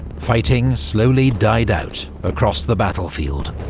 fighting slowly died out across the battlefield.